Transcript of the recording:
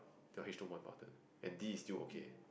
your H two is more important and D is still okay